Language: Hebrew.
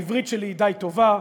העברית שלי היא די טובה,